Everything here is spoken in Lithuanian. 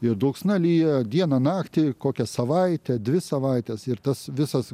ir dulksna lyja dieną naktį kokią savaitę dvi savaites ir tas visas